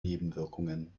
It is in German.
nebenwirkungen